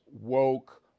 woke